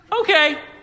okay